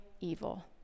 evil